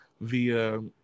via